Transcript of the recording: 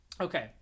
Okay